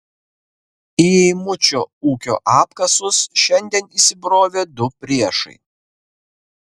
į eimučio ūkio apkasus šiandien įsibrovė du priešai